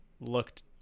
looked